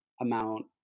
amount